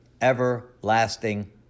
everlasting